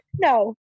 no